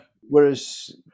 Whereas